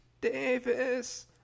Davis